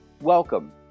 Welcome